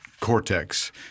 Cortex